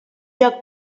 joc